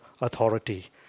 authority